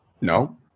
No